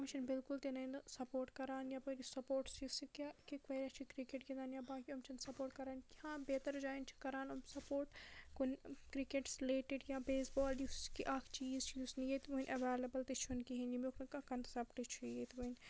چھِ نِنہٕ بِلکُل تِنہٕ سَپوٹ کَران یَپٲرۍ سَپوٹس واریاہ چھِ کرکٹ گَنٛدان یا باقین چھِنہٕ سَپوٹ کَران کینٛہہ یاں جایَن چھِ کَران یِم سَپوٹ کُن کرکَٹَس رِلیٹِڈ یا بیس بال یُس کہِ اکھ چیٖز چھُ یُس نہٕ ییٚتہِ وٕنہٕ ایویلیبل چھُنہٕ کِہیٖنۍ ییٚمیُک نہٕ کانٛہہ کَنسیٚپت چھُ ییٚتہِ وٕنہِ